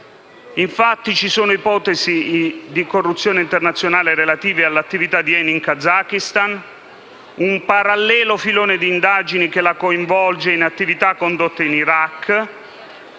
Infatti, ci sono ipotesi di corruzione internazionale relativi all'attività di ENI in Kazakhstan, un parallelo filone di indagine che la coinvolge in attività condotte in Iraq